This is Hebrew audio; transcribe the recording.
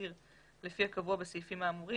התצהיר לפי הקבוע בסעיפים האמורים.